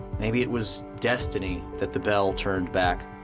maybe it was destiny that the belle turned back.